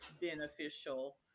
beneficial